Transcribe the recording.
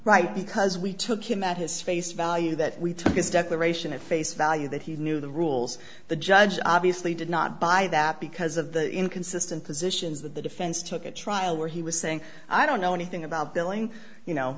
right because we took him at his face value that we took his declaration at face value that he knew the rules the judge obviously did not buy that because of the inconsistent positions that the defense took a trial where he was saying i don't know anything about